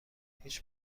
هیچ